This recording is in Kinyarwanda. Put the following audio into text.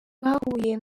bahuye